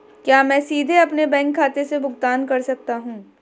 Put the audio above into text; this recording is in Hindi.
क्या मैं सीधे अपने बैंक खाते से भुगतान कर सकता हूं?